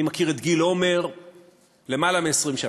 אני מכיר את גיל עומר למעלה מ-20 שנה,